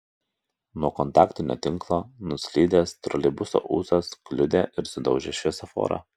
nuo kontaktinio tinklo nuslydęs troleibuso ūsas kliudė ir sudaužė šviesoforą